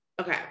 okay